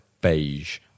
beige